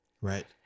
Right